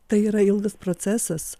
tai yra ilgas procesas